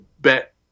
bet